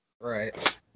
Right